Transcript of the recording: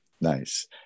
Nice